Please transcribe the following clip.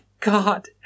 God